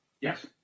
Yes